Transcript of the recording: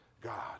God